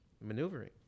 maneuvering